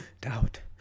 doubt